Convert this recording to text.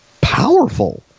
powerful